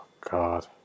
God